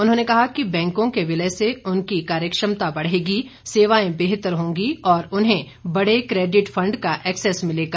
उन्होंने कहा कि बैंकों के विलय से उनकी कार्यक्षमता बढ़ेंगी सेवाएं बेहतर होंगी और उन्हें बड़े कैडिट फंड का एक्सेस मिलेगा